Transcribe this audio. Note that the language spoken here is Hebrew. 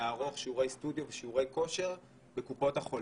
לערוך שיעורי סטודיו ושיעורי כושר בקופות החולים.